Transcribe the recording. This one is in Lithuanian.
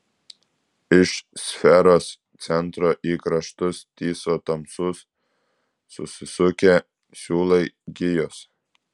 iš sferos centro į kraštus tįso tamsūs susisukę siūlai gijos